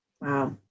Wow